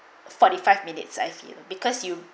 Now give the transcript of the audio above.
forty five minutes I feel because you